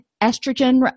estrogen